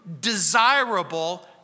desirable